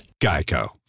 GEICO